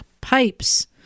pipes